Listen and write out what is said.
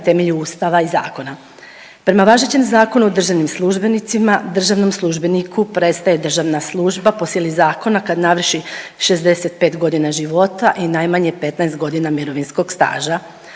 na temelju Ustava i zakona. Prema važećem Zakonu o državnim službenicima državnom službeniku prestaje državna služba po sili zakona kad navrši 65 godina života i najmanje 15 godina mirovinskog staža